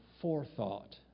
forethought